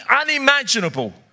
unimaginable